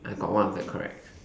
I got white and black correct